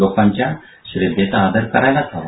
लोकांच्या श्रध्देचा आदर करायलाच हवा